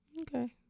okay